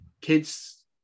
kids